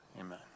amen